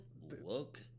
look